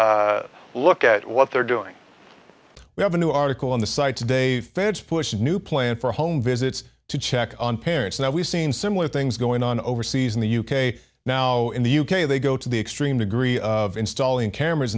look at what they're doing we have a new article on the site today feds push a new plan for home visits to check on parents now we've seen similar things going on overseas in the u k now in the u k they go to the extreme degree of installing cameras